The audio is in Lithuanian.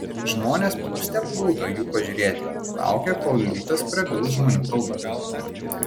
žmonės plūste plūdo jo pažiūrėti laukė kol liūtas prabils žmonių kalba